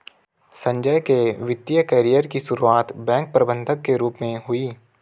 संजय के वित्तिय कैरियर की सुरुआत बैंक प्रबंधक के रूप में हुई